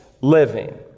living